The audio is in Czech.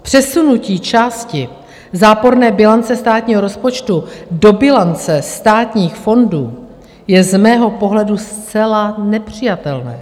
Přesunutí části záporné bilance státního rozpočtu do bilance státních fondů je z mého pohledu zcela nepřijatelné.